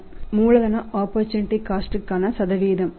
i மூலதன opportunity காஸ்ட்க்கான சதவீதம்